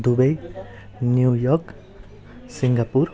Dubai New York Singapore